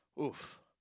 Oof